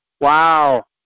Wow